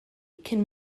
cyn